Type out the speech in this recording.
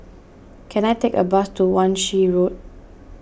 can I take a bus to Wan Shih Road